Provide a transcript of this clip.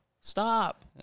stop